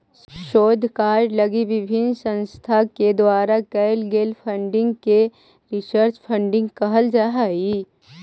शोध कार्य लगी विभिन्न संस्था के द्वारा कैल गेल फंडिंग के रिसर्च फंडिंग कहल जा हई